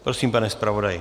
Prosím, pane zpravodaji.